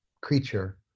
creature